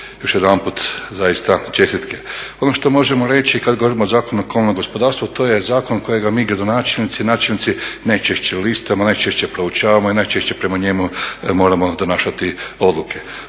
još jednom čestitke. Ono što možemo reći kada govorimo o Zakonu o komunalnom gospodarstvu, to je zakon kojega mi gradonačelnici, načelnici najčešće čitamo, najčešće proučavamo i najčešće prema njemu moramo donašati odluke.